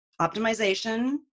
optimization